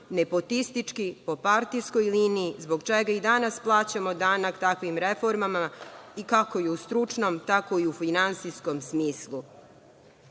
nepotistički, po partijskoj liniji, a zbog čega i danas plaćamo danak takvim reformama, kako i u stručnom, tako i u finansijskom smislu.